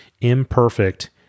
imperfect